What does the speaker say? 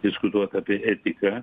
diskutuot apie etiką